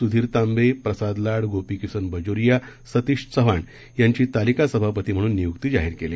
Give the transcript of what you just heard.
सुधीर तांबे प्रसाद लाड गोपीकिसन बाजोरिया सतिश चव्हाण यांची तालिका सभापती म्हणून नियुक्ती जाहीर केली